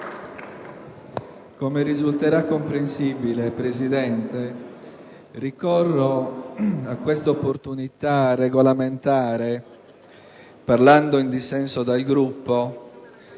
come risulterà comprensibile ricorro a questa opportunità regolamentare parlando in dissenso dal Gruppo